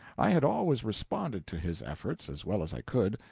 i had always responded to his efforts as well as i could,